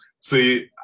see